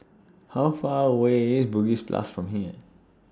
How Far away IS Bugis Plus from here